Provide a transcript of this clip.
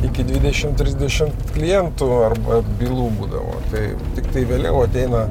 iki dvidešim trisdešim klientų arba bylų būdavo tai tiktai vėliau ateina